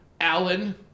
Alan